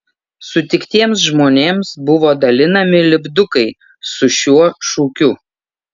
sutiktiems žmonėms buvo dalinami lipdukai su šiuo šūkiu